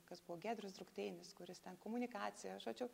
kas buvo giedrius drukteinis kuris ten komunikacija žodžiu